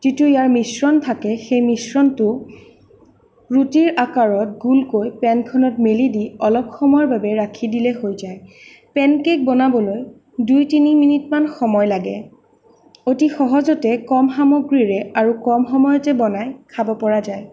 যিটো ইয়াৰ মিশ্ৰণ থাকে সেই মিশ্ৰণটো ৰুটিৰ আকাৰত গোলকৈ পেনখনত মেলি দি অলপ সময়ৰ বাবে ৰাখি দিলে হৈ যায় পেন কেক্ বনাবলৈ দুই তিনি মিনিটমান সময় লাগে অতি সহজতে কম সামগ্ৰীৰে আৰু কম সময়তে বনাই খাব পৰা যায়